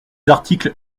articles